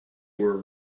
were